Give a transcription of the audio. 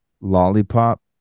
lollipop